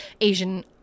Asian